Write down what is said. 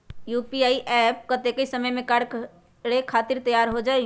UPI app कतेइक समय मे कार्य करे खातीर तैयार हो जाई?